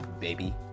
baby